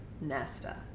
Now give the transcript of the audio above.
Nesta